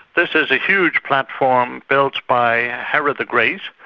this is a huge platform built by herod the great,